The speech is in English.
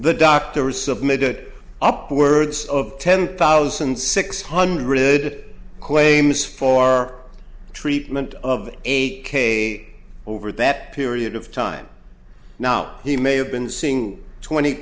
the doctors submitted upwards of ten thousand six hundred claims for our treatment of eight k over that period of time now he may have been seeing twenty